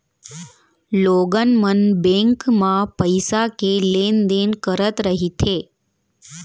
लोगन मन बेंक म पइसा के लेन देन करत रहिथे